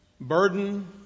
Burden